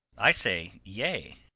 i say, yea.